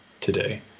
today